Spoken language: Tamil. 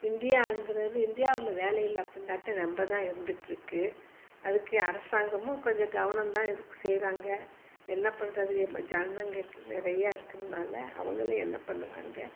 இந்தியாங்கிறது இந்தியாவில் வேலையில்லாத திண்டாட்டம் ரொம்பதான் இருந்துட்டிருக்கு அதுக்கு அரசாங்கமும் கொஞ்சம் கவனந்தான் இருக் செய்கிறாங்க என்ன பண்ணுறது ஜனங்க நிறையா இருக்கறதுனால் அவங்களும் என்ன பண்ணுவாங்க